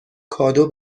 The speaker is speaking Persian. کادو